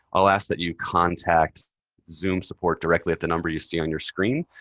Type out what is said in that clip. i'll ask that you contact zoom support directly at the number you see on your screen.